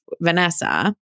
Vanessa